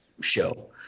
show